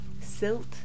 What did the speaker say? silt